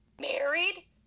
married